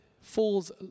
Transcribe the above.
falls